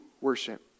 worship